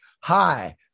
hi